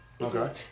Okay